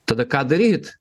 tada ką daryt